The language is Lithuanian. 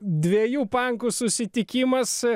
dviejų pankų susitikimas